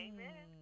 Amen